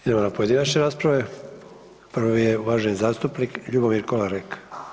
Idemo na pojedinačne rasprave, prvi je uvaženi zastupnik Ljubomir Kolarek.